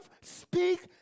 speak